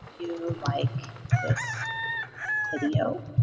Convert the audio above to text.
you like this video?